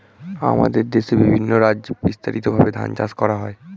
আমাদের দেশে বিভিন্ন রাজ্যে বিস্তারিতভাবে ধান চাষ করা হয়